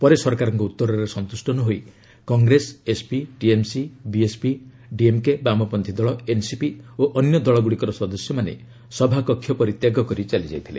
ପରେ ସରକାରଙ୍କ ଉତ୍ତରରେ ସନ୍ତୁଷ୍ଟ ନ ହୋଇ Congress SP TMC BSP DMK ବାମପନ୍ନୀ ଦଳ ଏନ୍ସିପି ଓ ଅନ୍ୟ ଦଳଗ୍ରଡ଼ିକର ସଦସ୍ୟମାନେ ସଭାକକ୍ଷ ପରିତ୍ୟାଗ କରି ଚାଲିଯାଇଥିଲେ